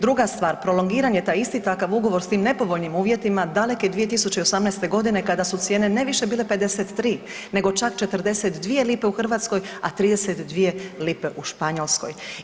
Druga stvar prolongiran je taj isti takav ugovor s tim nepovoljnim uvjetima daleke 2018. godine kada su cijene ne više bile 53, nego čak 42 lipe u Hrvatskoj, a 32 lipe u Španjolskoj.